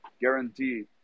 guarantee